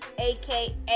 aka